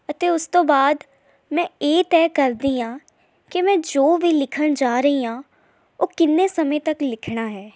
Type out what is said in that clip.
ਅਤੇ ਉਸ ਤੋਂ ਬਾਅਦ ਮੈਂ ਇਹ ਤੈਅ ਕਰਦੀ ਹਾਂ ਕਿ ਮੈਂ ਜੋ ਵੀ ਲਿਖਣ ਜਾ ਰਹੀ ਹਾਂ ਉਹ ਕਿੰਨੇ ਸਮੇਂ ਤੱਕ ਲਿਖਣਾ ਹੈ